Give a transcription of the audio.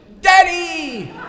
Daddy